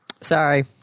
Sorry